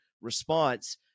response